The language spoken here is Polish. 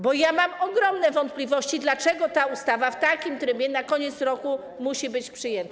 Bo mam ogromne wątpliwości, dlaczego ta ustawa w takim trybie na koniec roku musi być przyjęta.